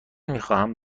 میخواهم